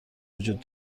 وجود